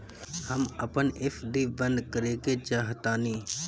हम अपन एफ.डी बंद करेके चाहातानी